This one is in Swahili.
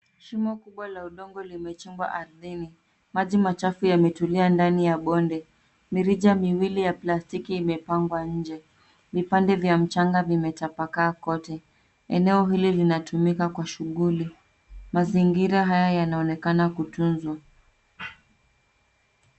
Shimo kubwa la udongo limechimbwa ardhini ,maji machafu yametulia ndani ya bonde ,mirija ya plastiki imepangwa nje vipande vya mchanga vimetapakaa kote, eneo hili linatumika kwa shughuli mazingira haya yanaonekana kutunzwa.